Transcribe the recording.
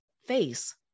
face